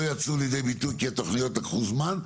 יצאו לידי ביטוי כי התוכניות לקחו זמן,